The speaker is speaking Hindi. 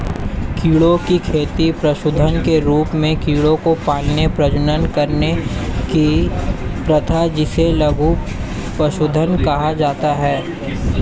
कीड़ों की खेती पशुधन के रूप में कीड़ों को पालने, प्रजनन करने की प्रथा जिसे लघु पशुधन कहा जाता है